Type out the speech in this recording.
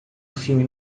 filme